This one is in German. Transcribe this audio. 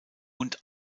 und